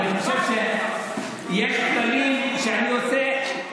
יש כללים שאני עושה,